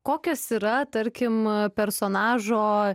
kokios yra tarkim personažo